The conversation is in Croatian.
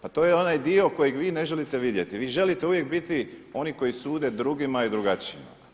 Pa to je onaj dio kojeg vi ne želite vidjeti, vi želite uvijek biti oni koji sude drugima i drugačijima.